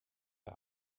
der